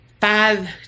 five